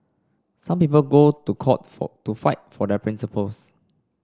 some people go to court for to fight for their principles